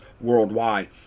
worldwide